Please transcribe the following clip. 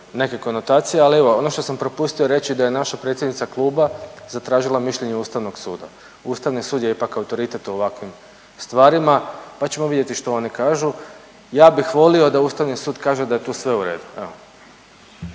neke konotacije, ali evo ono što sam propustio reći da je naša predsjednica kluba zatražila mišljenje Ustavnog suda, Ustavni sud je ipak autoritet u ovakvim stvarima pa ćemo vidjeti što oni kažu. Ja bih volio da Ustavni sud kaže da je tu sve u redu.